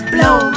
Blow